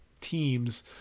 teams